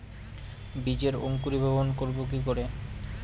বীজের অঙ্কুরিভবন করব কি করে?